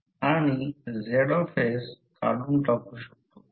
म्हणून रिल्यक्टन्सची तुलना अंतराशी केली जाते